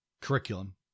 curriculum